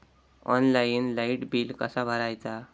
Online light bill कसा भरायचा?